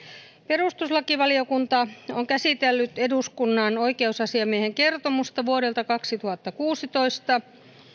perustuslakivaliokunta on käsitellyt eduskunnan oikeusasiamiehen kertomusta vuodelta kaksituhattakuusitoista